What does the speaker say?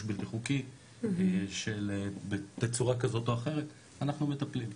בלתי חוקי בתצורה כזאת או אחרת אנחנו מטפלים.